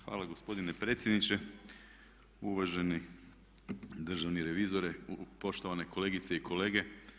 hvala gospodine predsjedniče, uvaženi državni revizore, poštovane kolegice i kolege.